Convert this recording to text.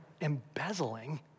embezzling